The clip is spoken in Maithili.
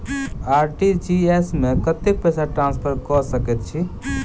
आर.टी.जी.एस मे कतेक पैसा ट्रान्सफर कऽ सकैत छी?